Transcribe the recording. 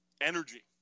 energy